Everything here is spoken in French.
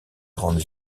grandes